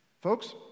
Folks